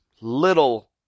little